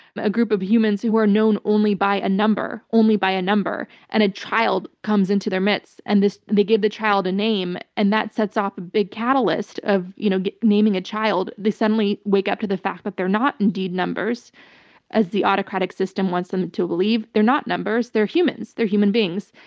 a a group of humans who were known only by a number, only by a number. and a child comes into their midst and they give the child a name. and that sets off a big catalyst of you know naming a child. they suddenly wake up to the fact that but they're not indeed numbers as the autocratic system wants them to believe. they're not numbers, they're humans. they're human beings.